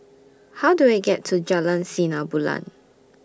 How Do I get to Jalan Sinar Bulan